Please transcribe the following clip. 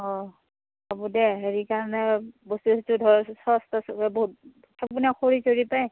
অ' হ'বদে হেৰি কাৰণে বস্তু চস্তু ধৰ